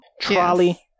Trolley